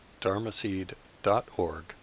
dharmaseed.org